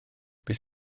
beth